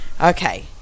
Okay